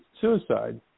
suicide